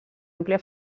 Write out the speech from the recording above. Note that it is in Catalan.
àmplia